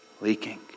leaking